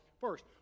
first